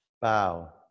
bow